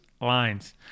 lines